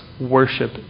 worship